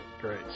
Great